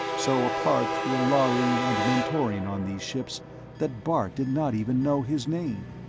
so apart were lhari and mentorian on these ships that bart did not even know his name.